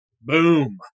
Boom